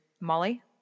Molly